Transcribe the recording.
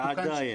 ועדיין.